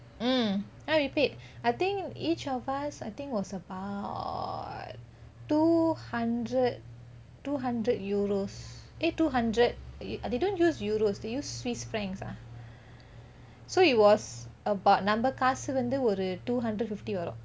mm ya we paid I think each of us I think was about two hundred two hundred euros eh two hundred they don't use euros they use swiss francs ah so it was about நம்ம காசு வந்து ஒரு:namma kaasu vanthu oru two hundred fifty வரும்:varum